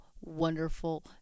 wonderful